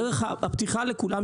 דרך הפתיחה לכולם,